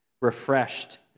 refreshed